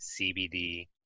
CBD